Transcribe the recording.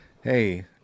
hey